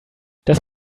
das